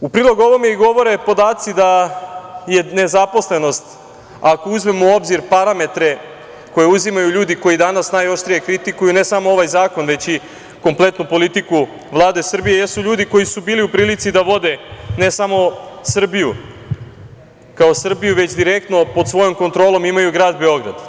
U prilog ovome i govore podaci da je nezaposlenost, ako uzmemo u obzir parametre koje uzimaju ljudi koji danas najoštrije kritikuju, ne samo ovaj zakon već i kompletnu politiku Vlade Srbije, jesu ljudi koji su bili u prilici da vode ne samo Srbiju kao Srbiju, već direktno pod svojom kontrolom imaju grad Beograd.